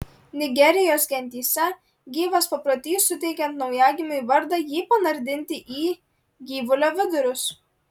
nigerijos gentyse gyvas paprotys suteikiant naujagimiui vardą jį panardinti į gyvulio vidurius